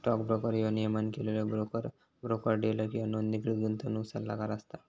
stock broker ह्यो नियमन केलेलो ब्रोकर, ब्रोकर डीलर किंवा नोंदणीकृत गुंतवणूक सल्लागार असता